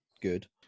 good